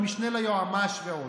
למשנה ליועמ"ש ועוד.